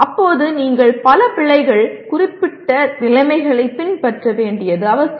அப்போது நீங்கள் பல பிழைகள் குறிப்பிட்ட நிலைமைகளை பின்பற்ற வேண்டியது அவசியம்